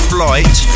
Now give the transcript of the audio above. Flight